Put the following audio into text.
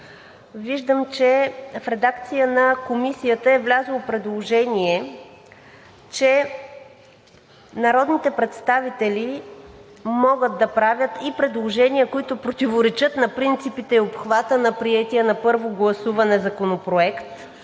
Виждам, че в редакцията на Комисията е влязло предложение, че народните представители могат да правят и предложения, които противоречат на принципите и обхвата на приетия на първо гласуване законопроект,